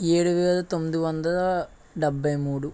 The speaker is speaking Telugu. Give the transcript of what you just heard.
ఏడు వేల తొమ్మిది వందల డెబ్భై మూడు